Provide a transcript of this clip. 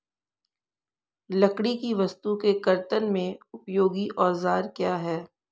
लकड़ी की वस्तु के कर्तन में उपयोगी औजार क्या हैं?